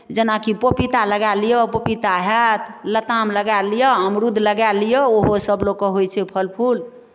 जेनाकि पपीता लगाए लिअ पपीता हएत लताम लगाए लिअ अमरुद लगाए लिअ ओहोसभ लोकके होइत छै फल फूल